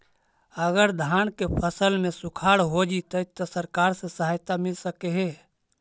अगर धान के फ़सल में सुखाड़ होजितै त सरकार से सहायता मिल सके हे?